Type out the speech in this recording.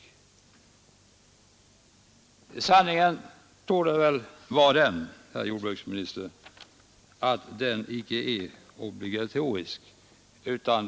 Sanningen torde väl vara den, herr jordbruksminister, att undervisningen icke är obligatorisk.